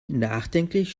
nachdenklich